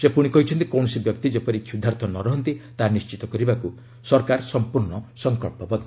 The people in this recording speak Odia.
ସେ ପ୍ରଶି କହିଛନ୍ତି କୌଣସି ବ୍ୟକ୍ତି ଯେପରି କ୍ଷ୍ରଧାର୍ଥ ନ ରହନ୍ତି ତାହା ନିଶ୍ଚିତ କରିବାକ୍ର ସରକାର ସମ୍ପର୍ଣ୍ଣ ସଂକଳ୍ପବଦ୍ଧ